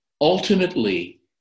Ultimately